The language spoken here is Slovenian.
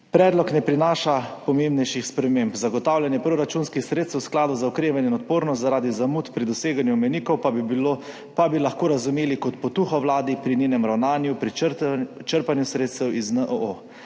Predlog ne prinaša pomembnejših sprememb. Zagotavljanje proračunskih sredstev v Skladu za okrevanje in odpornost zaradi zamud pri doseganju mejnikov pa bi lahko razumeli kot potuho vladi pri njenem ravnanju pri črpanju sredstev iz NOO.